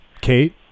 Kate